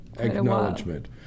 Acknowledgement